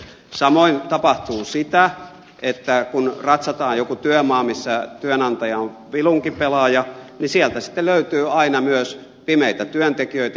samoin tapahtuu sitä että kun ratsataan joku työmaa missä työnantaja on vilunkipelaaja sieltä sitten löytyy aina myös pimeitä työntekijöitä